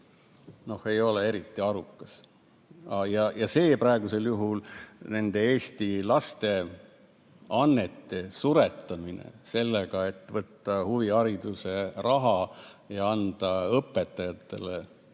ei ole eriti arukas. Ei ole arukas praegusel juhul nende Eesti laste annete suretamine sellega, et võtta ära huvihariduse raha ja anda õpetajatele,